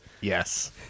Yes